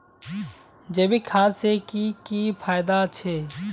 जैविक खाद से की की फायदा छे?